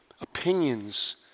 opinions